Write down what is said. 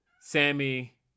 sammy